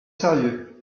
sérieux